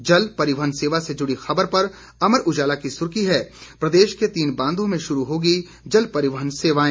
जल परिवहन सेवा से जुड़ी ख़बर पर अमर उजाला की सुर्खी है प्रदेश के तीन बांधों में शुरू होगी जल परिवहन सेवाएं